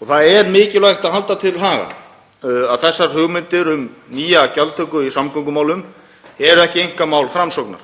Það er mikilvægt að halda til haga að þessar hugmyndir um nýja gjaldtöku í samgöngumálum eru ekki einkamál Framsóknar.